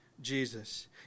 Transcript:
Jesus